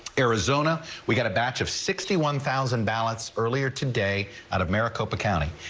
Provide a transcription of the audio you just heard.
arizona we've got a batch of sixty one thousand ballots earlier today out of maricopa county.